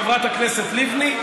חברת הכנסת לבני,